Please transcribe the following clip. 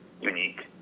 unique